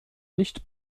nicht